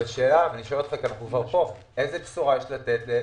אבל איזו בשורה יש לתת למעסיקים?